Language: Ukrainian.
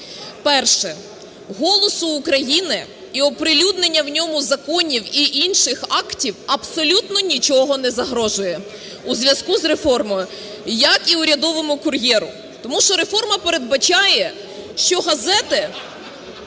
Перше. "Голосу України" і оприлюднення в ньому законів і інших актів абсолютно нічого не загрожує у зв'язку з реформою, як і "Урядовому кур'єру". Тому що реформа передбачає, що газети…